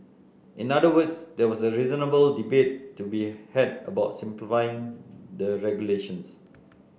in other words there was a reasonable debate to be had about simplifying the regulations